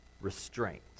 restraint